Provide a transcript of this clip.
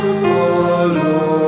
follow